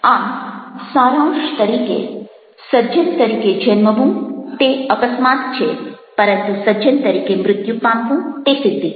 આમ સારાંશ તરીકે સજ્જન તરીકે જન્મવું તે અકસ્માત છે પરંતુ સજ્જન તરીકે મૃત્યુ પામવું તે સિદ્ધિ છે